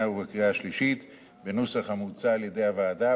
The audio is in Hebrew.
ובקריאה השלישית בנוסח המוצע על-ידי הוועדה,